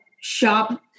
shop